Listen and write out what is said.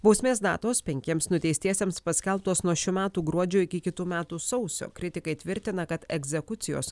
bausmės datos penkiems nuteistiesiems paskelbtos nuo šių metų gruodžio iki kitų metų sausio kritikai tvirtina kad egzekucijos